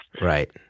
Right